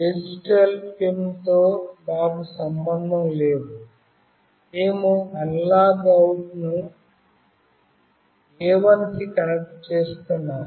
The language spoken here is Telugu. డిజిటల్ పిన్ తో మాకు సంభందం లేదు మేము అనలాగ్ అవుట్ ను A1 కి కనెక్ట్ చేస్తున్నాము